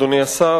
אדוני השר,